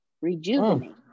rejuvenate